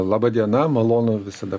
laba diena malonu visada